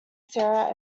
sarah